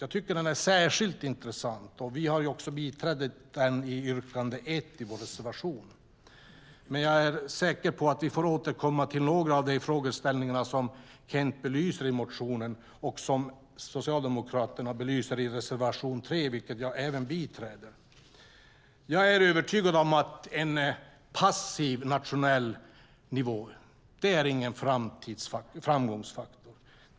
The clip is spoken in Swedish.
Jag tycker den är särskilt intressant. Vi har också biträtt den i yrkande 1 i vår reservation. Jag är säker på att vi får återkomma till några av de frågeställningar som Kent belyser i motionen och som Socialdemokraterna belyser i reservation 3, vilken även jag biträder. Jag är övertygad om att en passiv nationell nivå inte är någon framgångsfaktor.